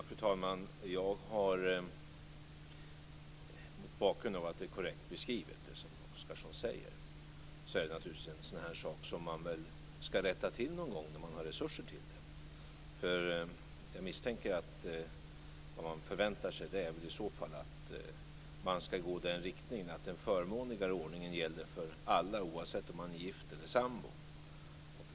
Fru talman! Mot bakgrund av att det som Mikael Oscarsson säger är en korrekt beskrivning är detta en sak som man så småningom skall rätta till någon gång när det finns resurser till det. Jag misstänker att man i så fall förväntar sig att ändringen skall gå i den riktning att den förmånligare ordningen skall gälla för alla, oavsett om man är gift eller sambo.